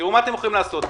תראו מה אתם יכולים לעשות.